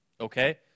Okay